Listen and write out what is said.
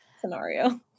scenario